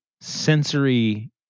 sensory